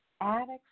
addicts